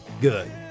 Good